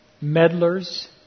meddlers